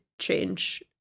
change